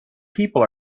people